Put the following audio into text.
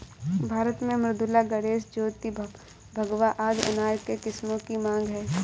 भारत में मृदुला, गणेश, ज्योति, भगवा आदि अनार के किस्मों की मांग है